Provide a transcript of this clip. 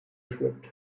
geschmückt